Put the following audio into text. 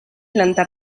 planta